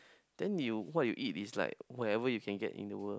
then you what you eat is like whatever you can get in the world